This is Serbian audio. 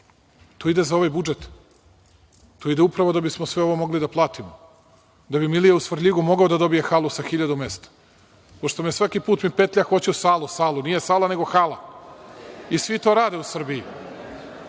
tu ide za ovaj budžet, tu ide upravo da bi smo sve ovo mogli da platimo, da bi Milija u Svrljigu mogao da dobije halu sa 1.000 mesta. Pošto me svaki put mi petlja hoću salu, salu, nije sala nego hala. I svi to rade u Srbiji.